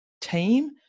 team